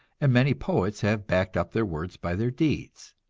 and many poets have backed up their words by their deeds.